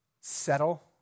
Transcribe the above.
settle